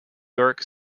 york